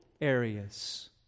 areas